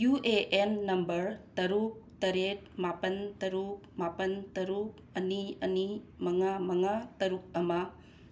U A N number ꯇꯔꯨꯛ ꯇꯔꯦꯠ ꯃꯥꯄꯟ ꯇꯔꯨꯛ ꯃꯥꯄꯟ ꯇꯔꯨꯛ ꯑꯅꯤ ꯑꯅꯤ ꯃꯉꯥ ꯃꯉꯥ ꯇꯔꯨꯛ ꯑꯃ